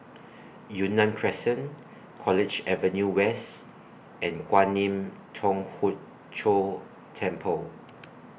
Yunnan Crescent College Avenue West and Kwan Im Thong Hood Cho Temple